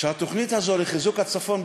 שהתוכנית הזאת לחיזוק הצפון,